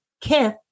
kith